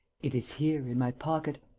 it is here, in my pocket.